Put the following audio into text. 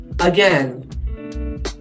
again